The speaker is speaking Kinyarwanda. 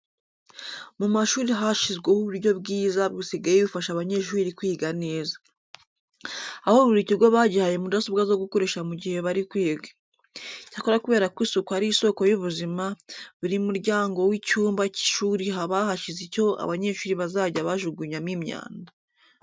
Mu mashuri hashyizweho uburyo bwiza busigaye bufasha abanyeshuri kwiga neza. Aho buri kigo bagihaye mudasobwa zo gukoresha mu gihe bari kwiga. Icyakora kubera ko isuku ari isoko y'ubuzima, buri muryango w'icyumba cy'ishuri bahashyize icyo abanyeshuri bazajya bajugunyamo imyanda.